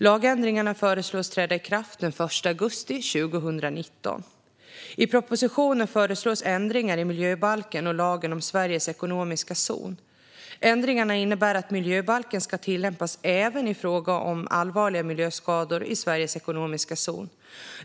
Lagändringarna föreslås träda i kraft den 1 augusti 2019. I propositionen föreslås ändringar i miljöbalken och lagen om Sveriges ekonomiska zon. Ändringarna innebär att miljöbalken ska tillämpas även i fråga om allvarliga miljöskador i Sveriges ekonomiska zon.